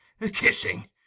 kissing